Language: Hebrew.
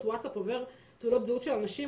וואטסאפ עוברות תעודות זהות של אנשים.